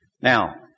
Now